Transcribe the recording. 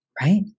Right